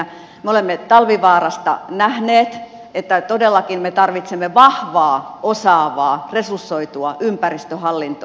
me olemme talvivaarasta nähneet että todellakin me tarvitsemme vahvaa osaavaa resursoitua ympäristöhallintoa